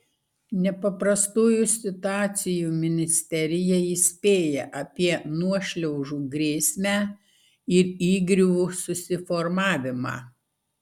nepaprastųjų situacijų ministerija įspėja apie nuošliaužų grėsmę ir įgriuvų susiformavimą